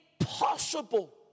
impossible